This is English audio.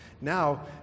Now